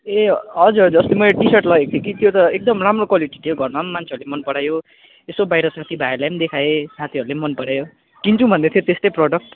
ए हजुर हजुर अस्ति मैले टी सर्ट लगेको थिएँ कि त्यो त एकदम राम्रो क्वालिटी थियो घरमा पनि मान्छेहरूले मन परायो यसो बाहिर साथीभाइहरूलाई पनि देखाएँ साथीहरूले पनि मन परायो किन्छु भन्दै थियो त्यस्तै प्रडक्ट